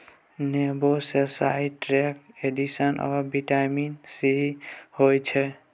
नेबो मे citric acid आ बिटामिन सी होइ छै